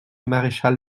maréchal